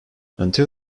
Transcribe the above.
until